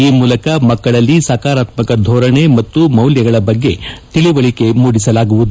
ಈ ಮೂಲಕ ಮಕ್ಕಳಲ್ಲಿ ಸಕಾರಾತ್ಮಕ ಧೋರಣೆ ಮತ್ತು ಮೌಲ್ಯಗಳ ಬಗ್ಗೆ ತಿಳಿವಳಿಕೆ ಮೂಡಿಸಲಾಗುವುದು